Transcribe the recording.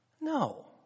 No